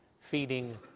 feeding